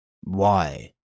why